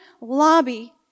lobby